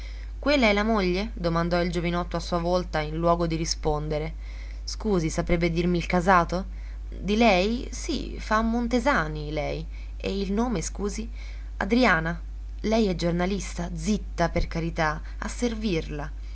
quella è la moglie domandò il giovinotto a sua volta in luogo di rispondere scusi saprebbe dirmi il casato di lei sì fa montesani lei e il nome scusi adriana lei è giornalista zitta per carità a servirla